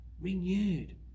renewed